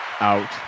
out